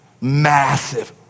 massive